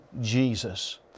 Jesus